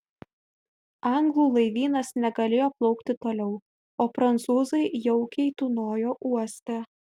anglų laivynas negalėjo plaukti toliau o prancūzai jaukiai tūnojo uoste